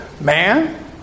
man